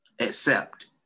accept